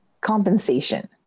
compensation